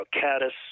caddis